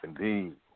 indeed